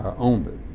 owned it